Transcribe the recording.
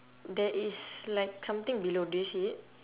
there is like something below do you see it